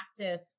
active